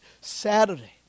Saturday